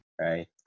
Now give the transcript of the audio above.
right